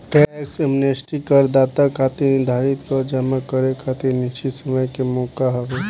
tax amnesty करदाता खातिर निर्धारित कर जमा करे खातिर निश्चित समय के मौका हवे